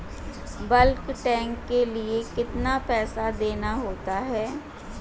Bulk tank के लिए कितना पैसा देना होता है?